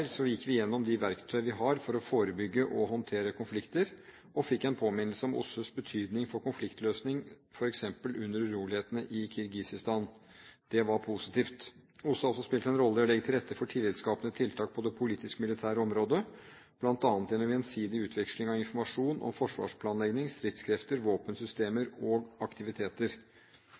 gikk vi igjennom de verktøyene vi har for å forebygge og håndtere konflikter, og fikk en påminnelse om OSSEs betydning for konfliktløsning f.eks. under urolighetene i Kirgisistan. Det var positivt. OSSE har også spilt en rolle i å legge til rette for tillitskapende tiltak på det politiske og militære området, bl.a. gjennom gjensidig utveksling av informasjon om forsvarsplanlegging, stridskrefter, våpensystemer og aktiviteter.